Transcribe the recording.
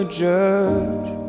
judge